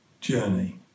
journey